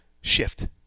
shift